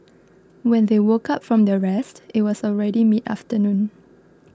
when they woke up from their rest it was already mid afternoon